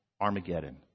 Armageddon